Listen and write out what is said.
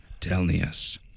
Telnius